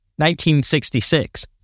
1966